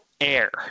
air